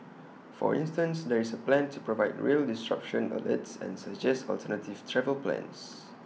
for instance there is A plan to provide rail disruption alerts and suggest alternative travel plans